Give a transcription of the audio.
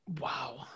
Wow